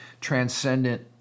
transcendent